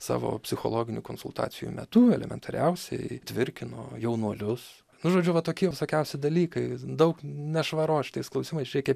savo psichologinių konsultacijų metu elementariausiai tvirkino jaunuolius nu žodžiu va tokie visokiausi dalykai daug nešvaros šitais klausimais čia reikia